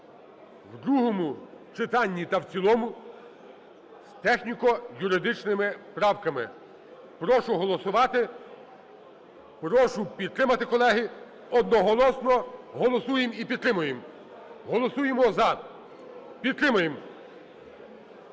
в другому читанні та в цілому з техніко-юридичними правками. Прошу голосувати, прошу підтримати, колеги. Одноголосно голосуємо і підтримуємо. Голосуємо "за". Підтримуємо.